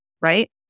right